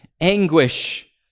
anguish